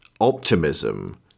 optimism